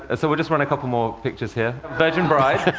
and so, we'll just run a couple more pictures here. virgin brides.